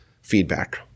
feedback